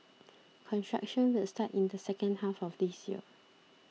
construction will start in the second half of this year